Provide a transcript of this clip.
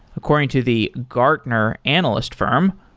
according to the gartner analyst firm,